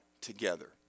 together